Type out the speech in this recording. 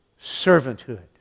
servanthood